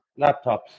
laptops